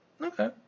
Okay